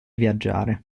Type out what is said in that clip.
viaggiare